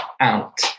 out